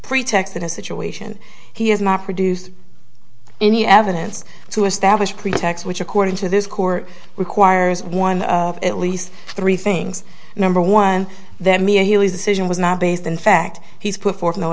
pretext in a situation he has not produced any evidence to establish pretext which according to this court requires one at least three things number one that mia heelys decision was not based in fact he's put forth no